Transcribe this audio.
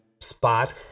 spot